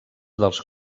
dels